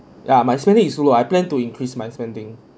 ya my spending is low I planned to increase my spending